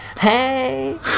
hey